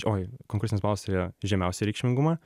oj konkursinis balas turėjo žemiausią reikšmingumą